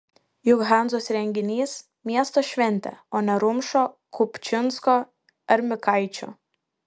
juk hanzos renginys miesto šventė o ne rumšo kupčinsko ar mikaičio